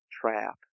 trap